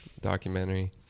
documentary